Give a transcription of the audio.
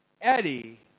Eddie